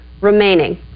Remaining